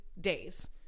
days